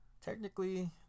Technically